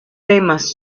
temas